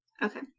Okay